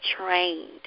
trained